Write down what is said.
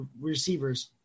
receivers